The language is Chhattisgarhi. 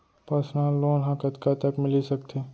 पर्सनल लोन ह कतका तक मिलिस सकथे?